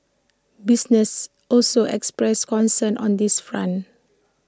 businesses also expressed concern on this front